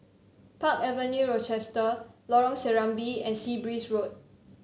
Park Avenue Rochester Lorong Serambi and Sea Breeze Road